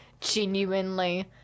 genuinely